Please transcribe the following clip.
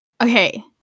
okay